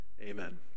Amen